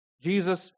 Jesus